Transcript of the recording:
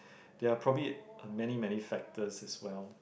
there are probably a many many factors as well